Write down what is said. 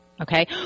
Okay